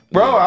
Bro